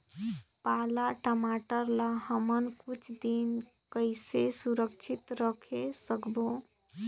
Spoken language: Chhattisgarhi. पाला टमाटर ला हमन कुछ दिन कइसे सुरक्षित रखे सकबो?